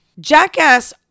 jackass